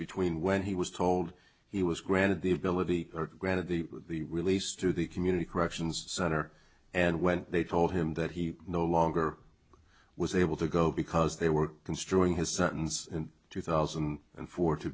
between when he was told he was granted the ability granted they would be released to the community corrections center and when they told him that he no longer was able to go because they were construing his sentence in two thousand and four to